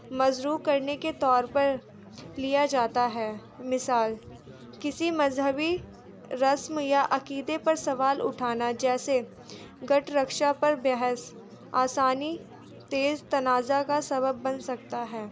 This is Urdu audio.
مجروح کرنے کے طور پر لیا جاتا ہے مثال کسی مذہبی رسم یا عقیدے پر سوال اٹھانا جیسے گٹ رکشا پر بحث آسانی تیز تنازع کا سبب بن سکتا ہے